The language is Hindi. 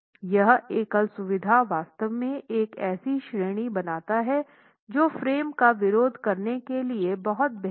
यह एकल सुविधा वास्तव में एक ऐसी श्रेणी बनाता है जो फ्रेम का विरोध करने के लिए बहुत बेहतर है